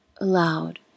aloud